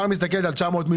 כן, ואני אחד מהם.